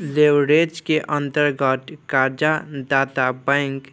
leverage के अंतर्गत कर्ज दाता बैंक